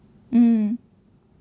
mm